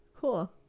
cool